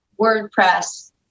WordPress